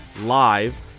live